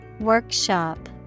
workshop